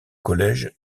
collège